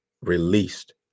released